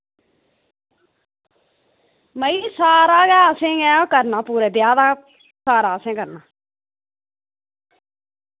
भाई सारा गै असैं गै करना पूरे ब्याह् दा सारा असैं करना